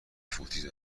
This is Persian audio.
فوتی